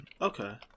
Okay